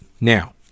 now